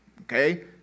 Okay